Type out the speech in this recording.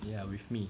ya with me